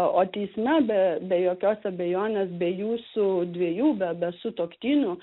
o teisme be be jokios abejonės be jūsų dviejų be be sutuoktinių